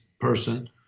person